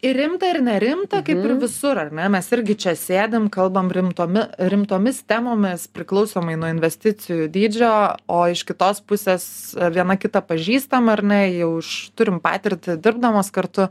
ir rimta ir nerimta kaip ir visur ar ne mes irgi čia sėdim kalbam rimtomi rimtomis temomis priklausomai nuo investicijų dydžio o iš kitos pusės viena kitą pažįstam ar ne jau iš turim patirtį dirbdamos kartu